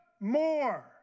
more